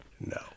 No